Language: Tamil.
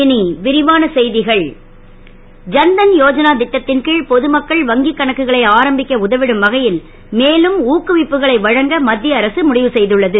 ஐன் தன் யோ ஜனா ஐன்தன் யோஜனா ட்டத்தன் கி பொது மக்கள் வங்கி கணக்குகளை ஆரம்பிக்க உதவிடும் வகை ல் மேலும் ஊக்குவிப்புகளை வழங்க மத் ய அரசு முடிவு செ துள்ளது